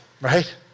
right